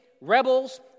rebels